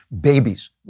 babies